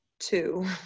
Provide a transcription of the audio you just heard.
two